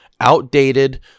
outdated